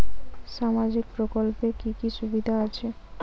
সামাজিক প্রকল্পের কি কি সুবিধা আছে?